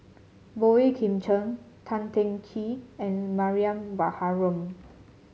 Boey Kim Cheng Tan Teng Kee and Mariam Baharom